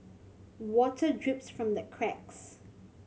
water drips from the cracks